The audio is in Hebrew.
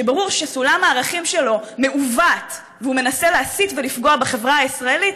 שברור שסולם הערכים שלו מעוות והוא מנסה להסית ולפגוע בחברה הישראלית,